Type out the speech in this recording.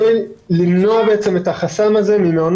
כדי לפתור את הנושא הזה כדי למנוע את החסם הזה ממעונות